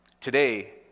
Today